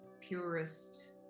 purest